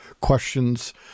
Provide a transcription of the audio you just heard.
questions